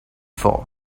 for